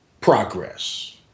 progress